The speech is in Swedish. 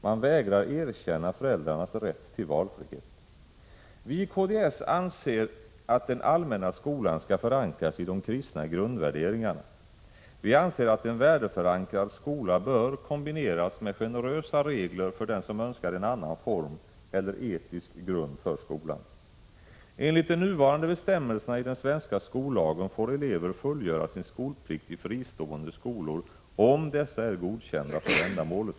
Man vägrar att erkänna föräldrarnas rätt till valfrihet. Vi i kds anser att den allmänna skolan skall förankras i de kristna grundvärderingarna. Vi anser att en värdeförankrad skola bör kombineras med generösa regler för den som önskar en annan form eller etisk grund för skolan. Enligt de nuvarande bestämmelserna i den svenska skollagen får elever fullgöra sin skolplikt i fristående skolor, om dessa är godkända för ändamålet.